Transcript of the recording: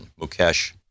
Mukesh